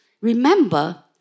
Remember